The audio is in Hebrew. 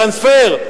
טרנספר.